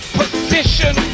position